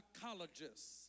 psychologists